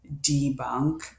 debunk